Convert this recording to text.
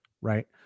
right